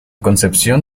concepción